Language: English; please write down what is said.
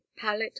palette